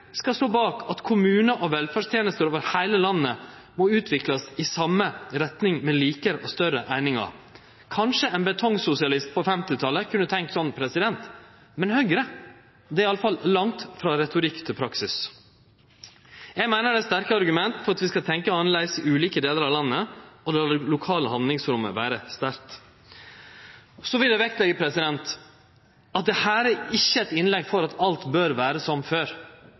skal stå bak at kommunar og velferdstenester over heile landet må utviklast i same retning med like og større einingar. Kanskje ein betongsosialist på 1950-talet kunne tenkt slik, men Høgre – det er i alle fall langt frå retorikk til praksis. Eg meiner det er sterke argument for at vi skal tenkje annleis i ulike delar av landet, og late det lokale handlingsrommet vere sterkt. Så vil eg vektleggje at dette ikkje er eit innlegg om at alt bør vere som før.